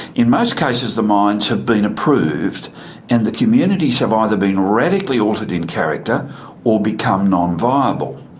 in most cases the mines have been approved and the communities have either been radically altered in character or become non-viable.